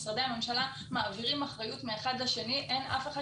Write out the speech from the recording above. משרדי הממשלה מעבירים אחריות מאחד לשני ואין אף אחד